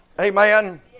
Amen